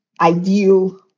ideal